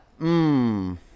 mmm